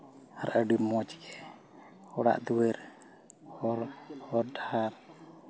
ᱟᱹᱰᱤ ᱢᱚᱡᱽ ᱜᱮ ᱚᱲᱟᱜ ᱫᱩᱣᱟᱹᱨ ᱦᱚᱨ ᱰᱟᱦᱟᱨ